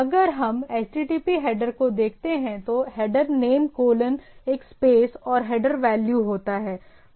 अगर हम HTTP header को देखते हैं तो हेडर नेम कोलन एक स्पेस और हेडर वैल्यू होता है